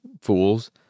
fools